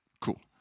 Cool